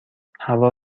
هوا